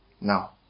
Now